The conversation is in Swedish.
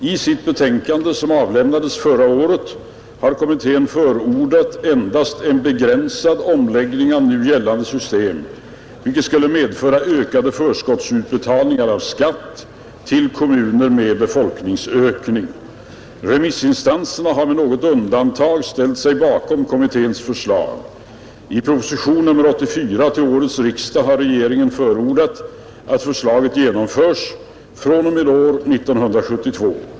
I sitt betänkande som avlämnades förra året har kommittén förordat endast en begränsad omläggning av nu gällande system, vilken skulle medföra ökade förskottsutbetalningar av skatt till kommuner med befolkningsökning. Remissinstanserna har med något undantag ställt sig bakom kommitténs förslag. I propositionen till årets riksdag har regeringen förordat att förslaget genomförs fr.o.m. år 1972.